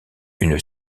une